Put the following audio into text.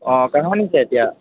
অ কাহানিতে এতিয়া